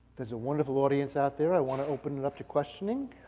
there's wonderful audience out there. i wanna open it up to questioning.